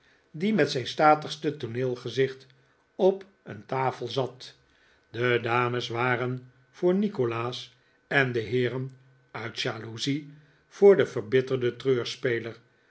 die met zijn statigste tooneelgezicht op een tafel zat de dames waren voor nikolaas en de heeren uit jaloezie voor den verbitterden